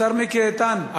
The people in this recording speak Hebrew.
השר מיקי איתן.